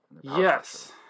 yes